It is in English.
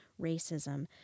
racism